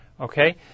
okay